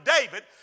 David